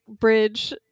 bridge